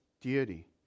deity